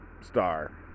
star